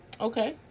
Okay